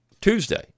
Tuesday